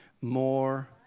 more